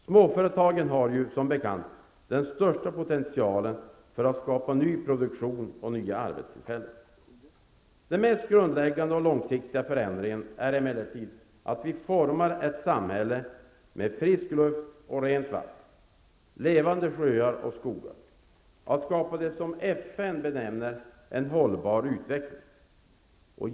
Småföretagen har som bekant den största potentialen för att skapa ny produktion och nya arbetstillfällen. Den mest grundläggande och långsiktiga förändringen är emellertid att forma ett samhälle med frisk luft och rent vatten, levande sjöar och skogar -- att skapa det som FN benämner ''en hållbar utveckling''.